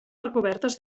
recobertes